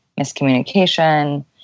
miscommunication